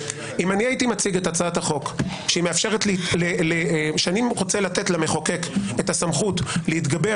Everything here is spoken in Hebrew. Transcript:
אם הייתי מציג את הצעת החוק שאני רוצה לתת למחוקק את הסמכות להתגבר